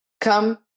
come